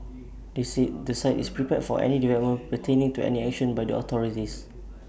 they said the site is prepared for any developments pertaining to any action by the authorities